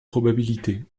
probabilité